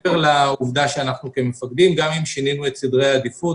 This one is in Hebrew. מעבר לעובדה שאנחנו כמפקדים גם שינינו את סדרי העדיפות